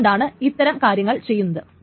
അതുകൊണ്ടാണ് ഇത്തരം കാര്യങ്ങൾ ചെയ്യുന്നത്